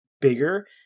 bigger